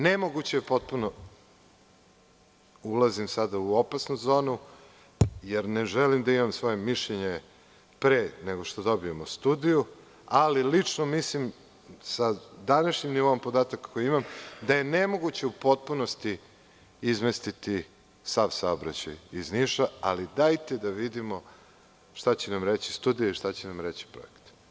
Nemoguće je potpuno, ulazim sada u opasnu zonu, jer ne želim da imam svoje mišljenje pre nego što dobijemo studiju, ali lično mislim sa današnjim nivoom podataka koji imam, da je nemoguće u potpunosti izmestiti sav saobraćaj iz Niša, ali dajte da vidimo šta će nam reći studija i šta će nam reći projekti.